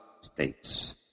states